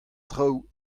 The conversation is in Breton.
traoù